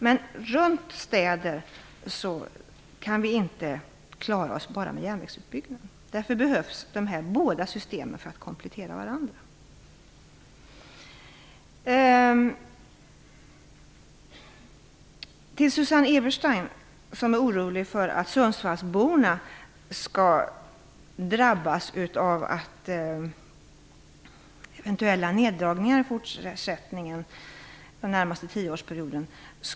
Men runt städer kan vi inte klara oss med enbart järnvägsutbyggnad. Därför behövs båda systemen för att komplettera varandra. Susanne Eberstein är orolig för att Sundsvallsborna skall råka illa ut och drabbas av eventuella neddragningar under den närmaste tioårsperioden.